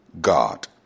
God